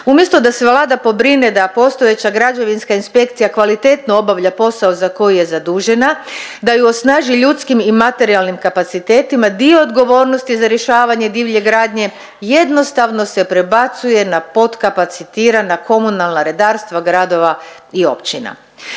Umjesto da se Vlada pobrine da postojeća građevinska inspekcija kvalitetno obavlja posao za koji je zadužena, da ju osnaži ljudskim i materijalnim kapacitetima, dio odgovornosti za rješavanje divlje gradnje jednostavno se prebacuje na potkapacitirana komunalna redarstva gradova i općina.